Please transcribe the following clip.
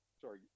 Sorry